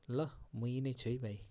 ल म यहीँ नै छु है भाइ